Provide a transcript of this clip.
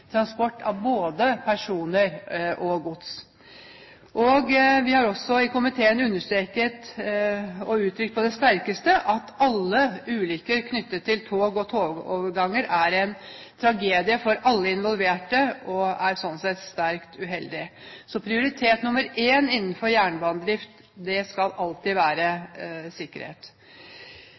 transport av både personer og gods. Komiteen har understreket og på det sterkeste gitt uttrykk for at alle ulykker knyttet til tog og togoverganger er en tragedie for alle involverte, og er slik sett sterkt uheldig. Prioritet nummer én innenfor jernbanedrift skal derfor alltid være sikkerhet.